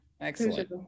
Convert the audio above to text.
excellent